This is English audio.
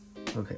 Okay